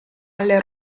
alle